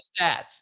stats